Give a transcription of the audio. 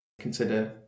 Consider